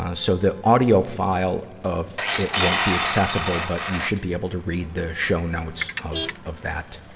ah so the audio file of it won't be accessible, but you should be able to read the show notes of, of that.